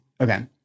okay